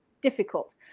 difficult